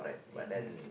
eating